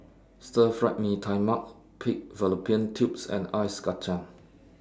Stir Fried Mee Tai Mak Pig Fallopian Tubes and Ice Kacang